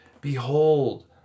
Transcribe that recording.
Behold